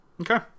okay